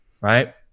right